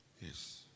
Yes